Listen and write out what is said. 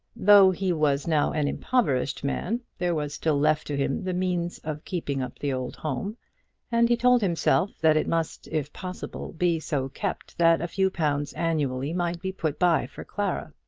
though he was now an impoverished man, there was still left to him the means of keeping up the old home and he told himself that it must, if possible, be so kept that a few pounds annually might be put by for clara.